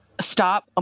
stop